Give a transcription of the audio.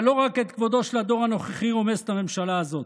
אבל לא רק את כבודו של הדור הנוכחי רומסת הממשלה הזאת,